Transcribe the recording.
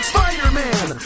Spider-Man